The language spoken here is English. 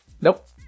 Nope